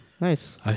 nice